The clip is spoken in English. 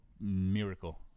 miracle